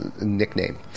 nickname